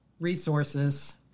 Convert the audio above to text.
resources